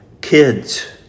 Kids